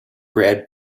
bred